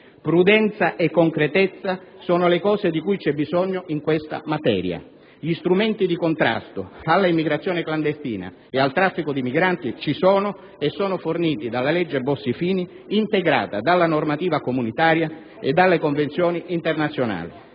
prudenza e concretezza sono le cose di cui c'è bisogno in questa materia. Gli strumenti di contrasto all'immigrazione clandestina e al traffico di migranti ci sono e sono forniti della legge Bossi-Fini integrata dalla normativa comunitaria e dalle convenzioni internazionali.